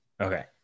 Okay